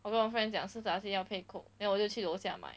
我跟我 friend 吃炸鸡要陪 coke then 我就去楼下买